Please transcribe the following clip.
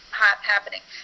happening